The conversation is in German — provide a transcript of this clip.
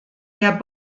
der